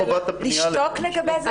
למי חובת הפניה לבית משפט?